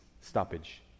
Stoppage